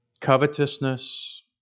Covetousness